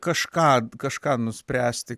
kažką kažką nuspręsti